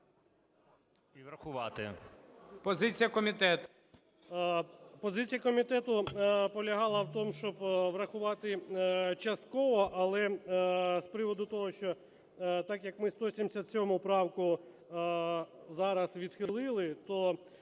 Позиція комітету полягала в тому, щоб врахувати частково. Але з приводу того, що так як ми 177 правку зараз відхилили,